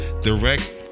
direct